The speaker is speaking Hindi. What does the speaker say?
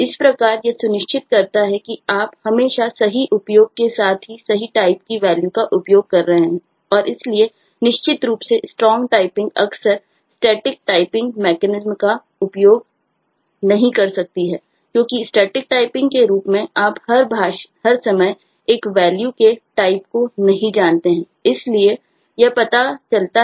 इस प्रकार यह सुनिश्चित करता कि आप हमेशा सही उपयोग के स्थान पर सही टाइप का होता है